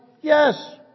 Yes